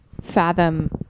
fathom